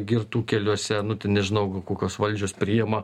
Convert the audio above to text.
girtų keliuose nu ten nežinau kokios valdžios priima